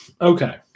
Okay